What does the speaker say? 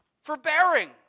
Forbearing